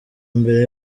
mbere